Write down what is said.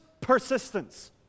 persistence